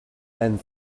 and